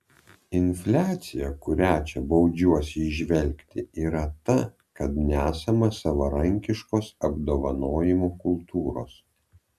infliacija kurią čia baudžiuosi įžvelgti yra ta kad nesama savarankiškos apdovanojimų kultūros